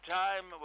time